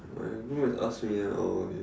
and even when they ask me oh okay